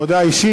הודעה אישית.